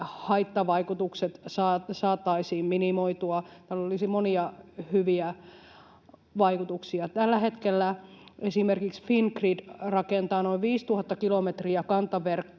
haittavaikutukset saataisiin minimoitua. Tällä olisi monia hyviä vaikutuksia. Tällä hetkellä esimerkiksi Fingrid rakentaa noin 5 000 kilometriä kantaverkkoa